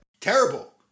Terrible